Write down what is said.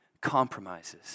Compromises